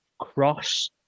cross